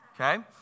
Okay